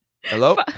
hello